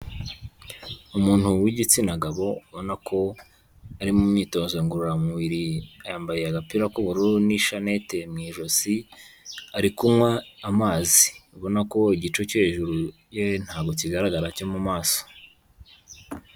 Umuntu w'igitsina gabo ubona ko ari mu myitozo ngororamubiri yambaye agapira k'ubururu n'ishanete mu ijosi, ari kunywa amazi ubona ko igice cyo hejuru ye ntabwo kigaragara cyo mu maso.